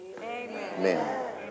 Amen